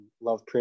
love